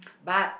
but